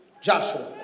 Joshua